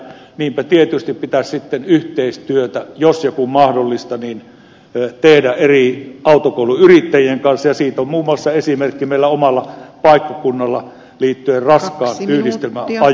niinpä tietysti pitäisi sitten yhteistyötä jos ja kun mahdollista tehdä eri autokouluyrittäjien kanssa ja siitä on esimerkki muun muassa meidän omalta paikkakunnaltamme liittyen raskaan yhdistelmän ajo opetukseen